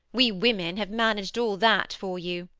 we women have managed all that for you.